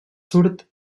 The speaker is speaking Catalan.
surt